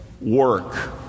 work